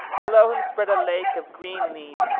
below him spread a lake of green leaves,